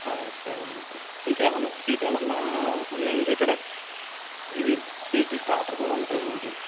సరెండి ఇంకేమైనా స్వీట్ ఏమైనా ఉన్నాయంటే ఇక్కడ ఇది స్వీట్ స్టార్టర్ కూడా ఉంటుందండి